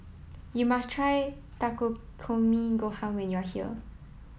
you must try Takikomi Gohan when you are here